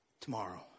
tomorrow